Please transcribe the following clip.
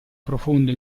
profondo